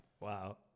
Wow